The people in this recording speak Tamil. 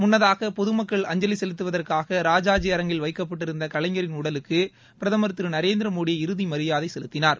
முன்னதாக பொதுமக்கள் அஞ்சலி செலுத்துவதற்காக ராஜாஜி அரங்கில் வைக்கப்பட்டிருந்த கலைஞரின் உடலுக்கு பிரதமர் திரு நரேந்திரமோடி இறுதி மரியாதை செலுத்தினார்